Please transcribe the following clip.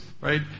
right